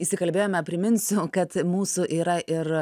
įsikalbėjome priminsiu kad mūsų yra ir